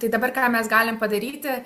tai dabar ką mes galim padaryti